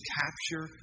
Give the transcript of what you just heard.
capture